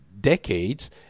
decades